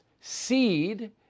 seed